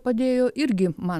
padėjo irgi man